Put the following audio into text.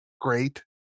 Great